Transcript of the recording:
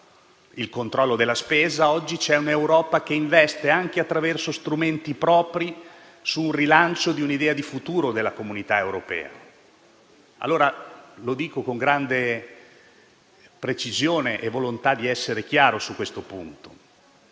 il controllo della spesa. Oggi c'è un Europa che investe, anche attraverso strumenti propri, sul rilancio di un'idea di futuro dell'Unione europea. Io dico, con grande precisione e volontà di essere chiaro su questo punto,